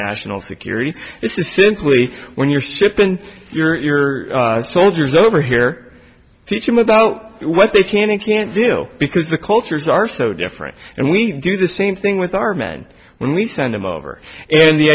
national security this is simply when your ship and your soldiers over here teach them about what they can and can't do because the cultures are so different and we do the same thing with our men when we send them over and the